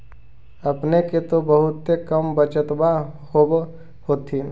अपने के तो बहुते कम बचतबा होब होथिं?